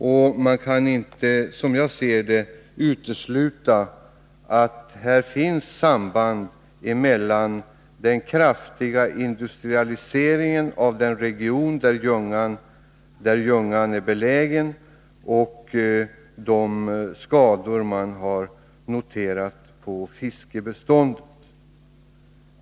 Som jag ser det kan man inte utesluta ett samband mellan den kraftiga industrialiseringen av den region där Ljungan flyter fram och de skador som man har noterat på fiskbeståndet.